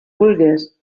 vulgues